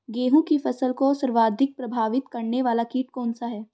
गेहूँ की फसल को सर्वाधिक प्रभावित करने वाला कीट कौनसा है?